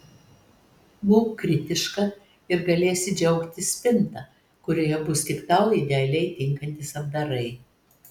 būk kritiška ir galėsi džiaugtis spinta kurioje bus tik tau idealiai tinkantys apdarai